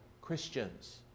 Christians